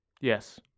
yes